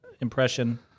impression